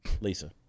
Lisa